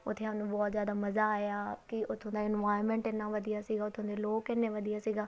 ਉੱਥੇ ਸਾਨੂੰ ਬਹੁਤ ਜ਼ਿਆਦਾ ਮਜ਼ਾ ਆਇਆ ਕਿ ਉੱਥੋਂ ਦਾ ਇਨਵਾਇਰਮੈਂਟ ਇੰਨਾ ਵਧੀਆ ਸੀਗਾ ਉੱਥੋਂ ਦੇ ਲੋਕ ਇੰਨੇ ਵਧੀਆ ਸੀਗੇ